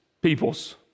peoples